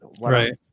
Right